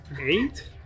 Eight